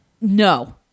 No